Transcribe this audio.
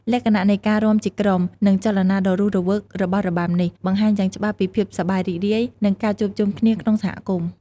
លក្ខណៈនៃការរាំជាក្រុម និងចលនាដ៏រស់រវើករបស់របាំនេះ បង្ហាញយ៉ាងច្បាស់ពីភាពសប្បាយរីករាយ និងការជួបជុំគ្នាក្នុងសហគមន៍។